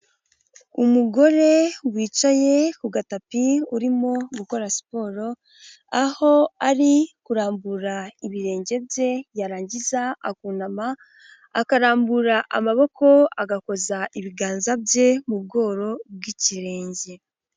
Umugore wicaye ku gatapi urimo gukora siporo, aho ari kurambura ibirenge bye, yarangiza akunama akarambura amaboko agakoza ibiganza bye mu bworo bw'ikirenge.